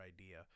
idea